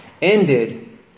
Ended